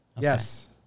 Yes